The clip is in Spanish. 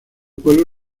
pueblo